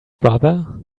brother